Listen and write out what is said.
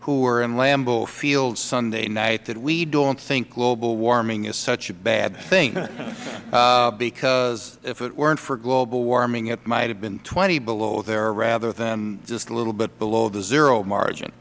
who were in lambeau field sunday night that we don't think global warming is such a bad thing laughter because if it weren't for global warming it might have been twenty below there rather than just a little bit below the zero margin